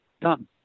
done